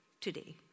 today